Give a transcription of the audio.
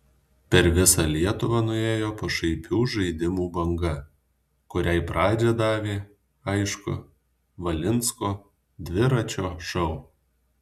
per visą lietuvą nuėjo pašaipių žaidimų banga kuriai pradžią davė aišku valinsko dviračio šou